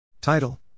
Title